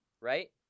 right